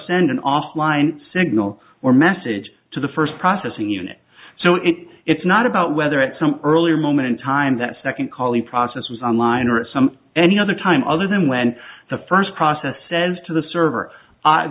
send an offline signal or message to the first processing unit so it it's not about whether at some earlier moment in time that second call the process was on line or at some any other time other than when the first process says to the server